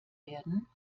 werden